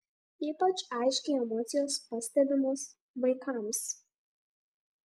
ypač aiškiai emocijos pastebimos vaikams